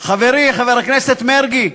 חברי חבר הכנסת מרגי,